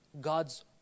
God's